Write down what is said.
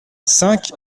cinq